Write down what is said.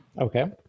Okay